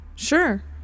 Sure